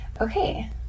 Okay